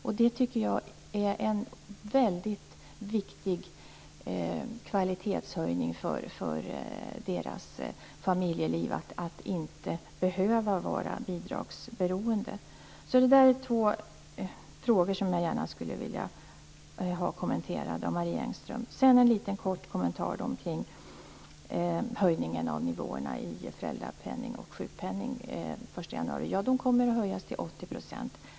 Jag tycker att det är en väldigt viktig kvalitetshöjning för deras familjeliv att de inte behöver vara bidragsberoende. Det här är alltså två frågor som jag gärna skulle vilja få kommenterade av Marie Engström. Sedan en liten kort kommentar till höjningen av nivåerna i föräldrapenning och sjukpenning den 1 januari. Ersättningsnivån kommer att höjas till 80 %.